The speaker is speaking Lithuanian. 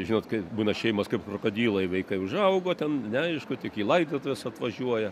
žinot kai būna šeimos kaip krokodilai vaikai užaugo ten neaišku tik į laidotuves atvažiuoja